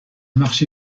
marché